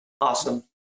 Awesome